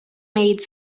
made